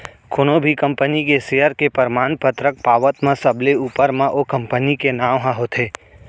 कोनो भी कंपनी के सेयर के परमान पतरक पावत म सबले ऊपर म ओ कंपनी के नांव ह होथे